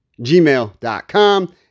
gmail.com